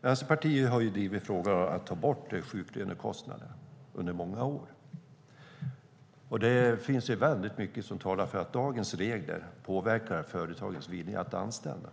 Vänsterpartiet har under många år drivit frågan om att ta bort sjuklönekostnaderna. Det finns väldigt mycket som talar för att dagens regler påverkar företagens vilja att anställa.